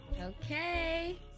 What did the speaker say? Okay